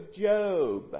Job